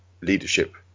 leadership